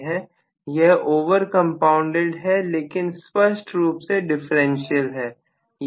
यह over compounded है लेकिन स्पष्ट रूप से डिफरेंशियल है